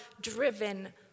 driven